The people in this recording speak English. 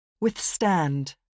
Withstand